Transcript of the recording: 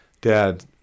dad